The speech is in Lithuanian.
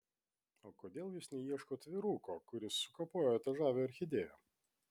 o kodėl jūs neieškot vyruko kuris sukapojo tą žavią orchidėją